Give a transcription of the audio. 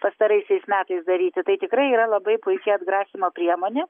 pastaraisiais metais daryti tai tikrai yra labai puiki atgrasymo priemonė